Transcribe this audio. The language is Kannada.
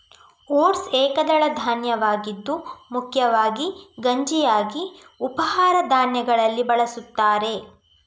ಓಟ್ಸ್ ಏಕದಳ ಧಾನ್ಯವಾಗಿದ್ದು ಮುಖ್ಯವಾಗಿ ಗಂಜಿಯಾಗಿ ಉಪಹಾರ ಧಾನ್ಯಗಳಲ್ಲಿ ಬಳಸುತ್ತಾರೆ